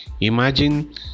imagine